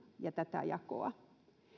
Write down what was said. ja tätä jakoa